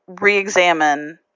re-examine